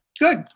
Good